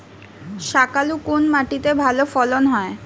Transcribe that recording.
শাকালু কোন মাটিতে ভালো ফলন হয়?